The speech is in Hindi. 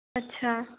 अच्छा